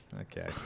Okay